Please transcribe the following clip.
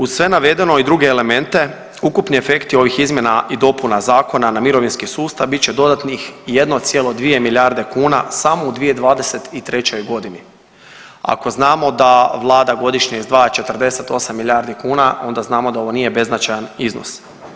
Uz sve navedeno i druge elemente ukupni efekti ovih izmjena i dopuna zakona na mirovinski sustav bit će dodatnih 1,2 milijarde kuna samo u 2023.g. Ako znamo da vlada godišnje izdvaja 48 milijardi kuna onda znamo da ovo nije beznačajan iznos.